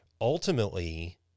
ultimately